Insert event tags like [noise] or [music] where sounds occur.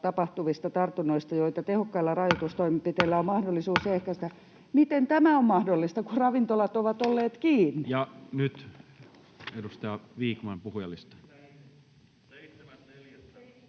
tapahtuvista tartunnoista, joita tehokkailla rajoitustoimenpiteillä [noise] on mahdollisuus ehkäistä. Miten tämä on mahdollista, kun ravintolat ovat olleet kiinni? [Aki Lindén: Ne oli